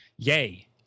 Yay